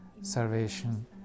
salvation